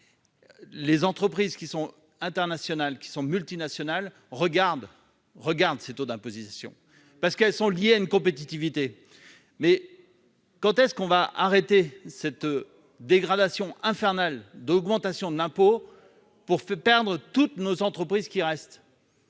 les entreprises qui sont internationales qui sont multinationales regarde, regarde ses taux d'imposition parce qu'elles sont liées à une compétitivité mais quand est-ce qu'on va arrêter cette dégradation infernale d'augmentation d'impôts pour se perdre toutes nos entreprises qui reste